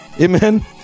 Amen